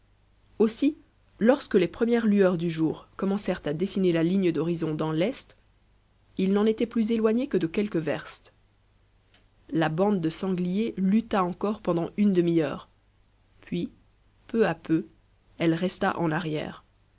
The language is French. aussi lorsque les premières lueurs du jour commencèrent à dessiner la ligne d'horizon dans l'est ils n'en étaient plus éloignés que de quelques verstes la bande de sangliers lutta encore pendant une demi-heure puis peu à peu elle resta en arrière